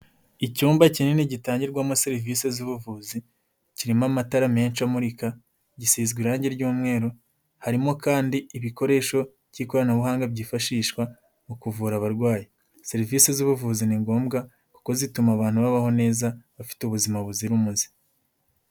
Icyumba kinini gitangirwamo serivise z'ubuvuzi, kirimo amatara menshi amurika, gisizwe irangi ry'umweru, harimo kandi ibikoresho by'ikoranabuhanga byifashishwa mu kuvura abarwayi, serivisi z'ubuvuzi ni ngombwa, kuko zituma abantu babaho neza, bafite ubuzima buzira umuze.